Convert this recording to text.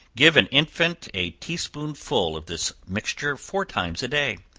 give an infant a tea-spoonful of this mixture four times a day,